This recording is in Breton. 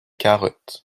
karet